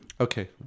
Okay